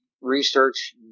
research